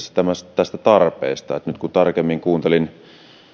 tästä tarpeesta nyt kun tarkemmin kuuntelin